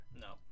No